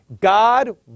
God